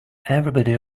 everybody